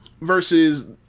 versus